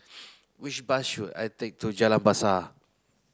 which bus should I take to Jalan Besar